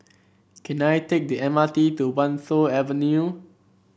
can I take the M R T to Wan Tho Avenue